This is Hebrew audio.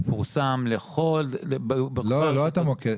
זה מפורסם --- לא את המוקד,